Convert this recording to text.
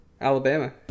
Alabama